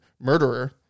murderer